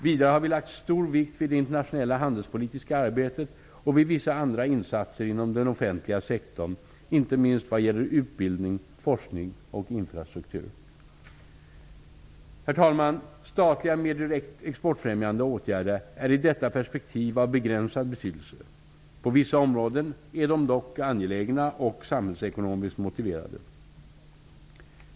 Vidare har vi lagt stor vikt vid det internationella handelspolitiska arbetet och vid vissa andra insatser inom den offentliga sektorn, inte minst vad gäller utbildning, forskning och infrastruktur. Herr talman! Statliga mer direkt exportfrämjande åtgärder är i detta perspektiv av begränsad betydelse. På vissa områden är de dock angelägna och samhällsekonomiskt motiverade.